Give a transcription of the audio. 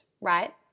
right